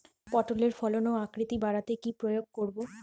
পটলের ফলন ও আকৃতি বাড়াতে কি প্রয়োগ করব?